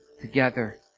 Together